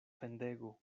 fendego